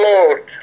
Lord